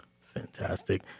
Fantastic